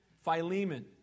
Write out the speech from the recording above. Philemon